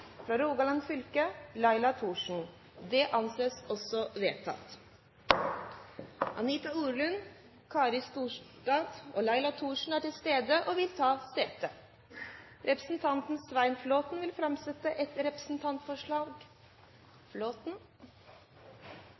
For Rogaland fylke: Laila Thorsen Anita Orlund, Kari Storstrand og Laila Thorsen er til stede og vil ta sete. Representanten Svein Flåtten vil framsette et representantforslag.